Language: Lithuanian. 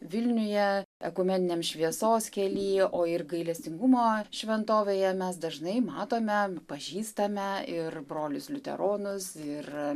vilniuje ekumeniniam šviesos kely o ir gailestingumo šventovėje mes dažnai matome pažįstame ir brolius liuteronus ir